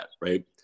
right